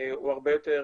הרבה יותר